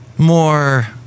More